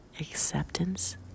Acceptance